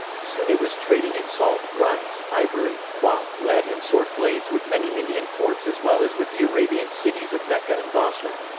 soon it was trading in salt, rice, ivory, cloth, lead and sword blades with many indian ports as well as with the arabian cities of mecca and basra.